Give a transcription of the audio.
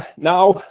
now,